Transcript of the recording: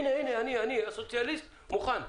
הנה, אני, הסוציאליסט, מוכן.